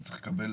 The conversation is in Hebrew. אתה צריך לקבל